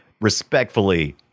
respectfully